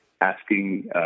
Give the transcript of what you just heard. asking